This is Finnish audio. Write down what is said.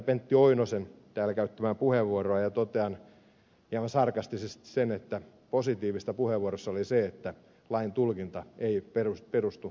pentti oinosen täällä käyttämään puheenvuoroon ja totean hieman sarkastisesti sen että positiivista puheenvuorossa oli se että lain tulkinta ei perustu ed